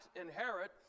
inherit